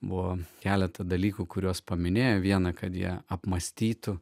buvo keletą dalykų kuriuos paminėjo vieną kad jie apmąstytų